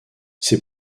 ses